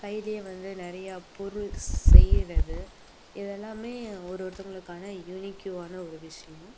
கையிலேயே வந்து நிறையா பொருள் செய்கிறது இதெல்லாம் ஒரு ஒருத்தங்களுக்கான யூனிக்குவான ஒரு விஷயம்